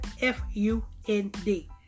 F-U-N-D